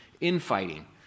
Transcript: infighting